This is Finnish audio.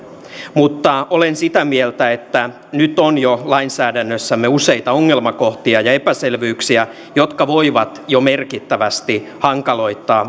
mutta olen sitä mieltä että nyt on jo lainsäädännössämme useita ongelmakohtia ja epäselvyyksiä jotka voivat jo merkittävästi hankaloittaa